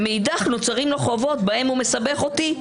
ומאידך נוצרות לו חובות שבהן הוא מסבך אותי,